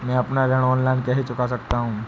मैं अपना ऋण ऑनलाइन कैसे चुका सकता हूँ?